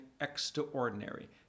extraordinary